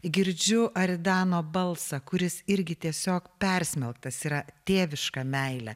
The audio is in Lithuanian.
girdžiu aridano balsą kuris irgi tiesiog persmelktas yra tėviška meile